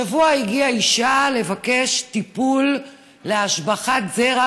השבוע הגיעה אישה לבקש טיפול להשבחת זרע